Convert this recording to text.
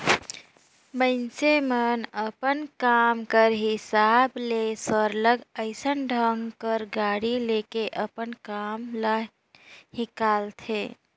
मइनसे मन अपन काम कर हिसाब ले सरलग अइसन ढंग कर गाड़ी ले के अपन काम ल हिंकालथें